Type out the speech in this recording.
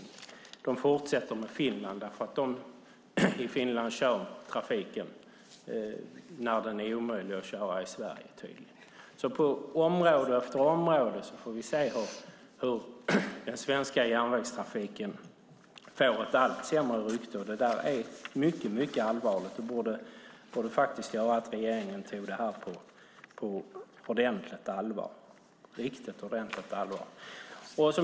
Företaget fortsätter med resor till Finland, för där kör man trafiken när den tydligen är omöjlig att köra i Sverige. På område efter område får vi se hur den svenska järnvägstrafiken får ett allt sämre rykte. Det är mycket allvarligt, och det borde göra att regeringen tog detta på riktigt ordentligt allvar.